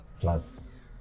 Plus